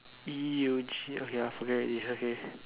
E U G okay ah I forget already okay